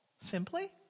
simply